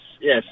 yes